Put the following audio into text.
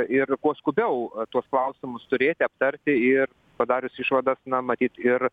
ir kuo skubiau tuos klausimus turėti aptarti ir padarius išvadas na matyt ir